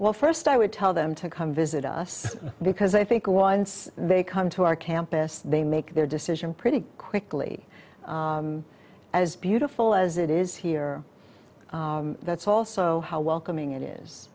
well first i would tell them to come visit us because i think once they come to our campus they make their decision pretty quickly as beautiful as it is here that's also how welcoming it is